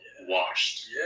Washed